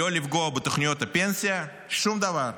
לא לפגוע בתוכניות הפנסיה, שום דבר.